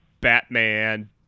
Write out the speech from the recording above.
Batman